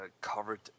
covered